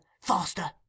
faster